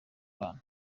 bana